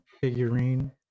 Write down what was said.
figurine